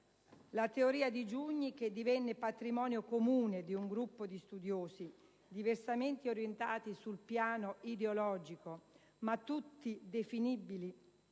La teoria di Giugni, che divenne patrimonio comune di un gruppo di studiosi diversamente orientati sul piano ideologico ma tutti definibili